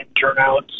turnouts